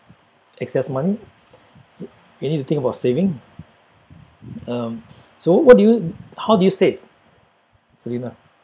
excess money you need to think about saving um so what do you how do you save selena